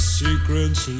secrets